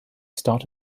start